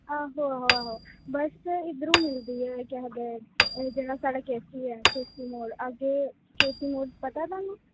आहो आहो बस इद्धरू मिलदी ऐ केह् आखदे एह् जेह्ड़ा साढ़ा के सी ऐ के सी मोड़ अग्गें के सी मोड़ पता तुसेंगी